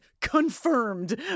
confirmed